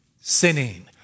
sinning